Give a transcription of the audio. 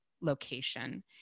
location